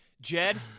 Jed